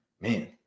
Man